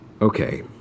Okay